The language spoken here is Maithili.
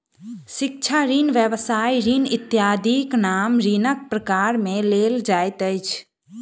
शिक्षा ऋण, व्यवसाय ऋण इत्यादिक नाम ऋणक प्रकार मे लेल जाइत अछि